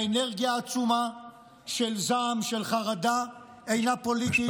האנרגיה העצומה של זעם ושל חרדה אינה פוליטית.